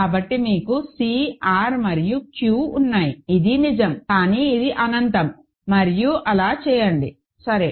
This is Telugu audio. కాబట్టి మీకు C R మరియు Q ఉన్నాయి ఇది నిజం కానీ ఇది అనంతం మరియు అలా చేయండి సరే